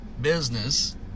business